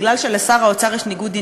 כי לשר האוצר יש ניגוד עניינים.